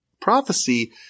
prophecy